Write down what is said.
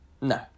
No